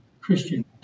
Christian